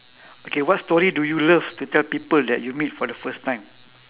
okay what story do you love to tell people that you meet for the first time